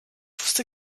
wusste